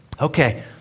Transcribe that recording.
Okay